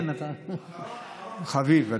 אחרון אחרון חביב, מה שנקרא.